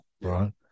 right